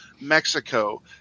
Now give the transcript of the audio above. Mexico